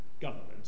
government